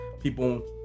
people